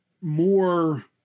more